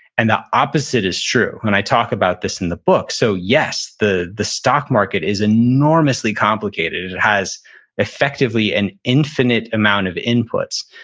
and the opposite is true. and i talk about this in the book so yes, the the stock market is enormously complicated. it has effectively an infinite amount of inputs,